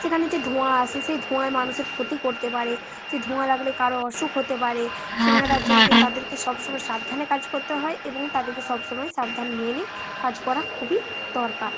সেখানে যে ধোঁয়া আসে সেই ধোঁয়ায় মানুষের ক্ষতি করতে পারে সেই ধোঁয়া লাগলে কারও অসুখ হতে পারে সেখানে তারজন্য তাদেরকে সব সময় সাবধানে কাজ করতে হয় এবং তাদেরকে সব সময় সাবধান মেনে কাজ করা খুবই দরকার